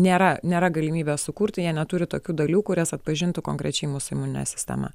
nėra nėra galimybės sukurti jie neturi tokių dalių kurias atpažintų konkrečiai mūsų imuninė sistema